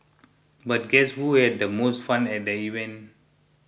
but guess who had the most fun at the event